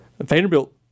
Vanderbilt